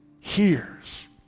hears